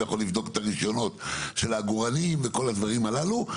ויכול לבדוק את הרישיונות של העגורנים וכל הדברים הללו.